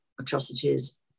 atrocities